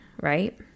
right